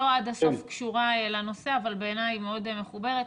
לא עד הסוף קשורה לנושא אבל בעיניי היא מאוד מחוברת.